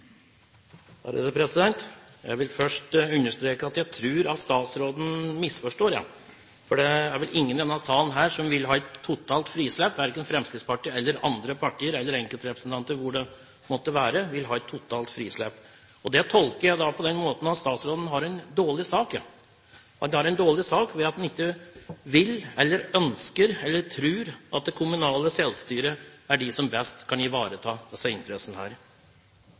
Jeg vil først understreke at jeg tror statsråden misforstår. Det er vel ingen i denne salen som vil ha et totalt frislipp, verken Fremskrittspartiet, andre partier eller enkeltrepresentanter hvor det måtte være. Dette tolker jeg på den måten at statsråden har en dårlig sak. Han har en dårlig sak ved at han ikke vil se eller ønsker eller tror at det kommunale selvstyre er det som best kan ivareta disse interessene.